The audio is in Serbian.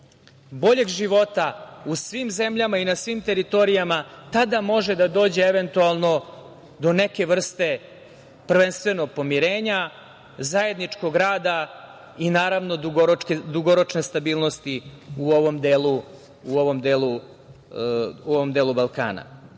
boljeg života u svim zemljama i na svim teritorijama tada može da dođe, eventualno, do neke vrste, prvenstveno, pomirenja, zajedničkog rada, i naravno, dugoročne stabilnosti u ovom delu Balkana. Tako